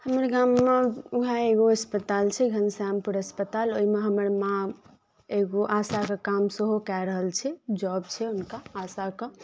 हमर गाममे उएह एगो अस्पताल छै घनश्यामपुर अस्पताल ओहिमे हमर माँ एगो आशाके काम सेहो कए रहल छै जॉब छै हुनका आशाके